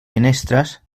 finestres